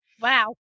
Wow